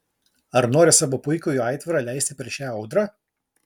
ar nori savo puikųjį aitvarą leisti per šią audrą